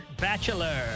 Bachelor